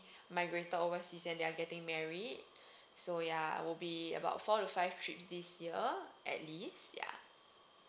migrated overseas and they are getting married so ya will be about four to five trips this year at least